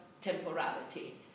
temporality